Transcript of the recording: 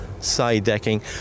side-decking